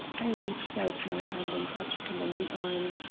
i reached out my hand and touched him on the arm.